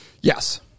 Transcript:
Yes